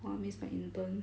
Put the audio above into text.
!wah! miss my intern